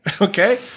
Okay